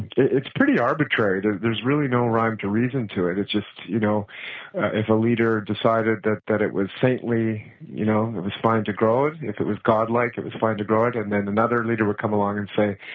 it's pretty arbitrary. there's there's really no rhyme or reason to it. it's just you know if a leader decided that that it was saintly you know, it was fine to grow it. if it was god-like, it was fine to grow it, and then another leader will come along and say,